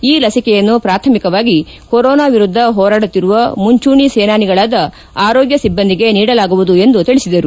ಈ ಲಸಿಕೆಯನ್ನು ಪ್ರಾಥಮಿಕವಾಗಿ ಕೊರೊನಾ ವಿರುದ್ದ ಹೋರಾಡುತ್ತಿರುವ ಮುಂಚೂಣಿ ಸೇನಾನಿಗಳಾದ ಆರೋಗ್ಯ ಸಿಬ್ಬಂದಿಗೆ ನೀಡಲಾಗುವುದು ಎಂದು ತಿಳಿಸಿದರು